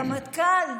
רמטכ"ל,